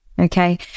okay